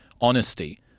honesty